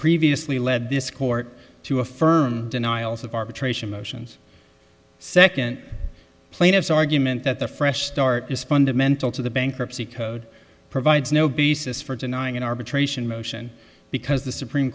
previously led this court to affirm denials of arbitration motions second plaintiff's argument that the fresh start is fundamental to the bankruptcy code provides no basis for denying an arbitration motion because the supreme